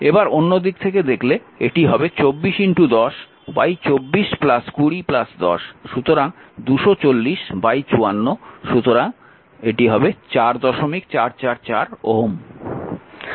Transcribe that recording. এবার অন্য দিক থেকে দেখলে এটি হবে 241024 20 10 সুতরাং 24054 4444 Ω আসবে